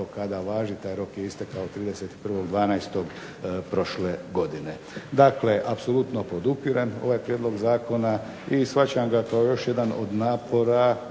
kada važi. Taj rok je istekao 31.12. prošle godine. Dakle apsolutno podupirem ovaj prijedlog zakona, i shvaćam ga kao još jedan od napora